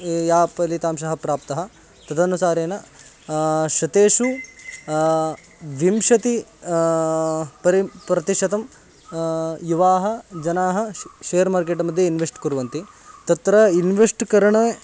ये या पलितांशः प्राप्तः तदनुसारेण शतेषु विंशति परि प्रतिशतं युवानः जनाः श् शेर् मार्केट् मध्ये इन्वेस्ट् कुर्वन्ति तत्र इन्वेष्ट् करणे